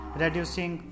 reducing